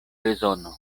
rezono